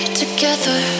together